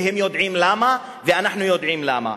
והם יודעים למה, ואנחנו יודעים למה.